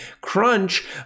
crunch